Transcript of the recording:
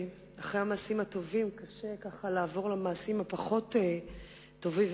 אחרי המעשים הטובים קשה לעבור למעשים הפחות טובים,